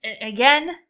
Again